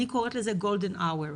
אני קוראת לזה golden hour.